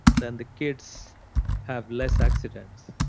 then the kids have less accidents.